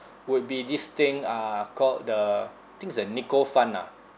would be this thing uh called the think it's the nico fund ah